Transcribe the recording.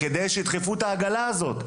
כדי לדחוף את העגלה הזו.